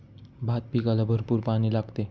भात पिकाला भरपूर पाणी लागते